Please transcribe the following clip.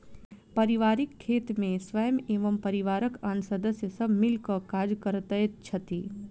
पारिवारिक खेत मे स्वयं एवं परिवारक आन सदस्य सब मिल क काज करैत छथि